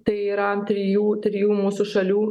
tai yra trijų trijų mūsų šalių